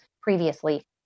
previously